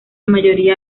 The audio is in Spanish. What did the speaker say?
mayoría